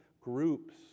groups